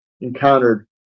encountered